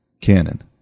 Canon